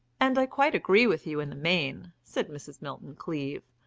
and i quite agree with you in the main, said mrs. milton-cleave.